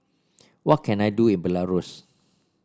what can I do in Belarus